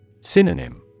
Synonym